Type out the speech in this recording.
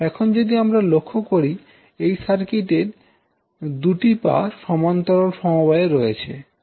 এখন যদি আমরা লক্ষ্য করি এই সার্কিটের দুটি পা সমান্তরাল সমবায়ে রয়েছে